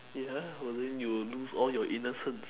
ya but then you will lose all your innocence